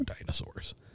dinosaurs